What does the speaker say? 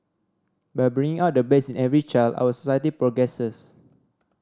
by bringing out the best in every child our society progresses